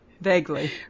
Vaguely